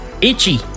itchy